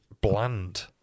bland